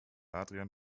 adrian